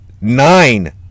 nine